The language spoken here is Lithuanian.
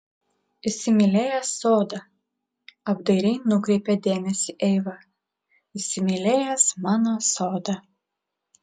įsimylėjęs sodą apdairiai nukreipė dėmesį eiva įsimylėjęs mano sodą